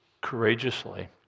courageously